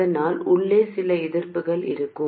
அதனால் உள்ளே சில எதிர்ப்புகள் இருக்கும்